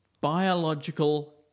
biological